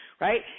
Right